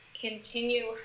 continue